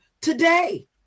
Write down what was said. today